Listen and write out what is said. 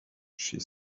she